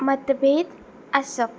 मतबेद आसप